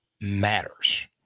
matters